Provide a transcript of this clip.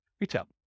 retail